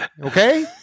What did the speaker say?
okay